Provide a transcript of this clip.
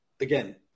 Again